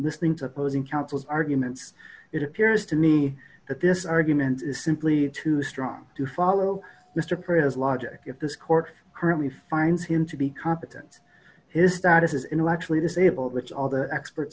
listening to opposing counsel arguments it appears to me that this argument is simply too strong to follow mr perry as logic if this court currently finds him to be competent his status is intellectually disabled which all the experts